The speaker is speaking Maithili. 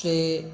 से